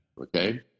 Okay